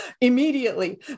immediately